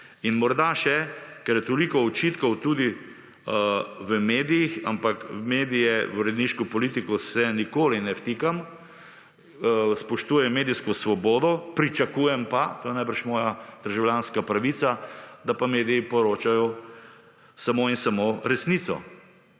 Morda še, ker je toliko očitkov tudi v medijih, ampak medijev v uredniško politiko se nikoli ne vtikam, spoštujem medijsko svobodo, pričakujem pa to je najbrž moja državljanka pravica, da pa meniji poročajo samo in samo resnico.